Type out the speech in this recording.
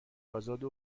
آزاده